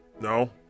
No